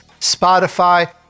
Spotify